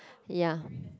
ya